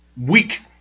week